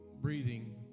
breathing